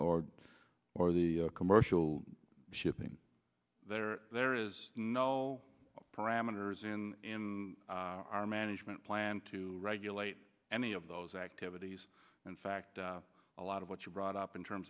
or or the commercial shipping there there is no parameters in our management plan to regulate any of those activities in fact a lot of what you brought up in terms